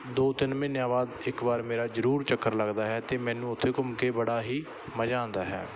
ਦੋ ਤਿੰਨ ਮਹੀਨਿਆਂ ਬਾਅਦ ਇੱਕ ਵਾਰ ਮੇਰਾ ਜ਼ਰੂਰ ਚੱਕਰ ਲੱਗਦਾ ਹੈ ਅਤੇ ਮੈਨੂੰ ਉੱਥੇ ਘੁੰਮ ਕੇ ਬੜਾ ਹੀ ਮਜ਼ਾ ਆਉਂਦਾ ਹੈ